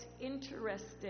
interesting